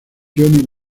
johnny